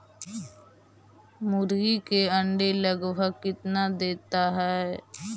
मुर्गी के अंडे लगभग कितना देता है?